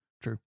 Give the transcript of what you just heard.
true